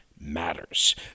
matters